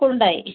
Hyundai